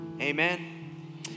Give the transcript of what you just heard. Amen